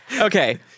Okay